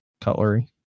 cutlery